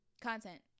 content